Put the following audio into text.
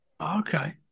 okay